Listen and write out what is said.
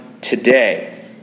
today